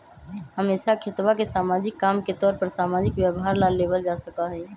हमेशा खेतवा के सामाजिक काम के तौर पर सामाजिक व्यवहार ला लेवल जा सका हई